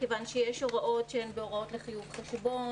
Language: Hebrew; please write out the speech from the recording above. מכיוון שיש הוראות שהן בהוראות לחיוב חשבון,